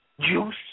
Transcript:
juice